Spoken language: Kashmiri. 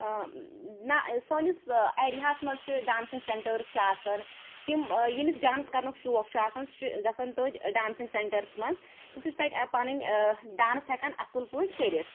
نہ سٲنِس ایریاہَس مَنز چھِ ڈانسِنٛگ سیٚنٹٲرٕس چھِ آسان تِم ییٚمِس ڈانس کَرنُک شوق چھُ آسان سُہ چھُ گَژھان تٔتھۍ ڈانسِنٛگ سیٚنٹٲرٕس مَنٛز تہٕ سُہ چھُ تتہِ پَننۍ ڈانس ہیٚکان اصل پٲٹھۍ کٔرِتھ